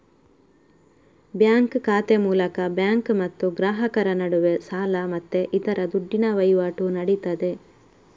bank ಖಾತೆ ಮೂಲಕ bank ಮತ್ತು ಗ್ರಾಹಕರ ನಡುವೆ ಸಾಲ ಮತ್ತೆ ಇತರ ದುಡ್ಡಿನ ವೈವಾಟು ನಡೀತದೆ